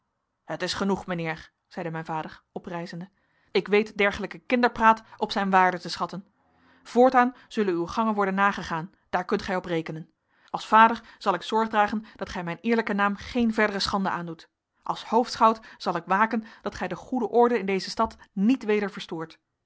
het is genoeg mijnheer zeide mijn vader oprijzende ik weet dergelijken kinderpraat op zijn waarde te schatten voortaan zullen uwe gangen worden nagegaan daar kunt gij op rekenen als vader zal ik zorg dragen dat gij mijn eerlijken naam geen verdere schande aandoet als hoofdschout zal ik waken dat gij de goede orde in deze stad niet weder verstoort